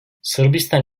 sırbistan